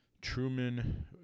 Truman